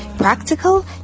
practical